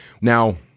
Now